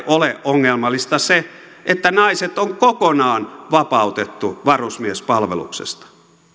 ole ongelmallista se että naiset on kokonaan vapautettu varusmiespalveluksesta